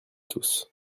tous